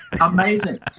amazing